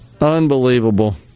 unbelievable